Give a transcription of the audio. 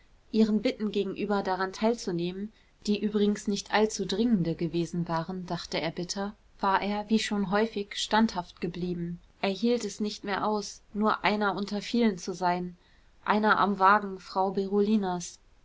ihren bitten gegenüber daran teilzunehmen die übrigens nicht allzu dringende gewesen waren dachte er bitter war er wie schon häufig standhaft geblieben er hielt es nicht mehr aus nur einer unter vielen zu sein einer am wagen frau berolinas